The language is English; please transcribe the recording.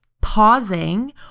pausing